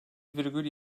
virgül